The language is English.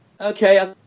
Okay